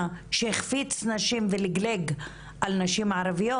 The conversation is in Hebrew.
שהחפיץ נשים ולגלג על נשים ערביות,